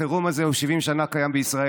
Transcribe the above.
החירום הזה 70 שנה קיים בישראל.